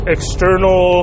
External